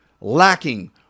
lacking